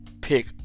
pick